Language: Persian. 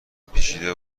پیچیده